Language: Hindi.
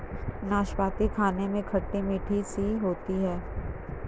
नाशपती खाने में खट्टी मिट्ठी सी होती है